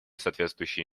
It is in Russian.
соответствующие